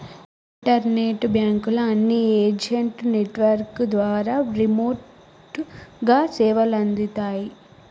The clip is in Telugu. ఇంటర్నెట్ బాంకుల అన్ని ఏజెంట్ నెట్వర్క్ ద్వారా రిమోట్ గా సేవలందిత్తాయి